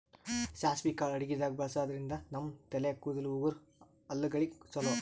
ಸಾಸ್ವಿ ಕಾಳ್ ಅಡಗಿದಾಗ್ ಬಳಸಾದ್ರಿನ್ದ ನಮ್ ತಲೆ ಕೂದಲ, ಉಗುರ್, ಹಲ್ಲಗಳಿಗ್ ಛಲೋ